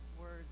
words